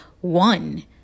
one